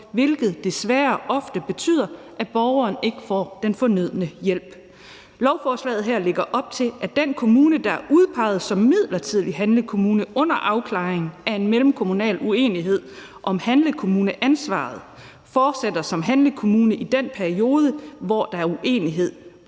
hvilket desværre ofte betyder, at borgeren ikke får den fornødne hjælp. Lovforslaget her lægger op til, at den kommune, der er udpeget som midlertidig handlekommune under afklaringen af en mellemkommunal uenighed om handlekommuneansvaret, fortsætter som handlekommune i den periode, hvor der er uenighed,